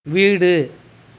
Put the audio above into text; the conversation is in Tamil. வீடு